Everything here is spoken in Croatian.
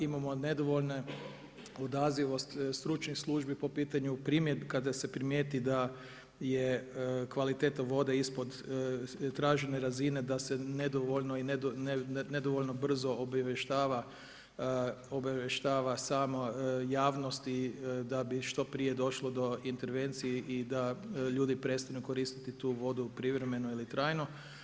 Imamo nedovoljnu odazivost stručnih službi po pitanju primjedbi, kada se primijeti da je kvaliteta vode ispod tražene razine da se nedovoljno i nedovoljno brzo obavještava sama javnost i da bi što prije došlo do intervencije i da ljudi prestanu koristiti tu vodu privremeno ili trajno.